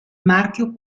marchio